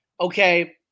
okay